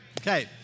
Okay